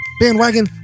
bandwagon